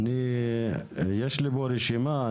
יש לי פה רשימה,